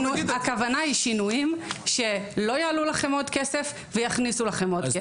הכוונה היא שינויים שלא יעלו לכם עוד כסף ויכניסו לכם עוד כסף.